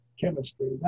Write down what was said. chemistry